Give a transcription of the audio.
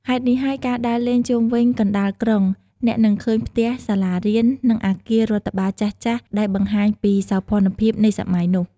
ហេតុនេះហើយ ការដើរលេងជុំវិញកណ្តាលក្រុង អ្នកនឹងឃើញផ្ទះ សាលារៀន និងអាគាររដ្ឋបាលចាស់ៗដែលបង្ហាញពីសោភ័ណភាពនៃសម័យនោះ។